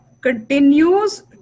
continues